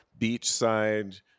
beachside